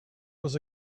was